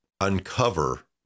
uncover